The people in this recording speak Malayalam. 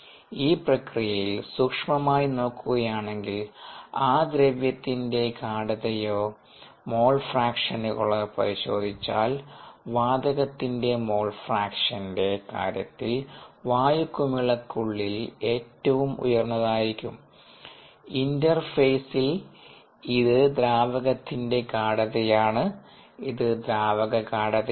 ഈ പ്രക്രിയയിൽ സൂക്ഷ്മമായി നോക്കുകയാണെങ്കിൽ ആ ദ്രവ്യത്തിന്റെ ഗാഢതയോ മോൾ ഫ്രാക്ഷനുകളോ പരിശോധിച്ചാൽ വാതകത്തിന്റെ മോൾ ഫ്രാക്ഷന്റെ കാര്യത്തിൽ വായു കുമിളക്കുള്ളിൽ ഏറ്റവും ഉയർന്നതായിരിക്കും ഇന്റർഫെയിസിൽ ഇത് വാതകത്തിന്റെ ഗാഢതയാണ് ഇത് ദ്രാവക ഗാഢതയാണ്